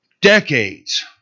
decades